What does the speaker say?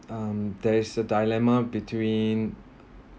um there is a dilemma between